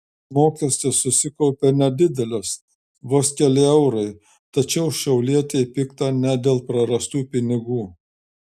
mokestis susikaupė nedidelis vos keli eurai tačiau šiaulietei pikta ne dėl prarastų pinigų